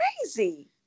crazy